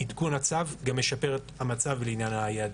תיקון הצו גם ישפר את המצב לעניין היעדים.